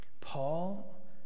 Paul